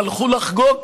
הם הלכו לחגוג,